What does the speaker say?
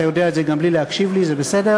אתה יודע את זה גם בלי להקשיב לי, זה בסדר.